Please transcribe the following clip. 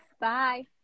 Bye